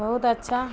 بہت اچھا